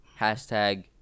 hashtag